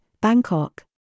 Bangkok